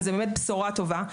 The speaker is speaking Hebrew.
וזה באמת בשורה טובה.